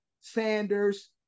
Sanders